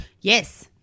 Yes